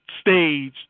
stage